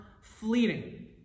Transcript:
fleeting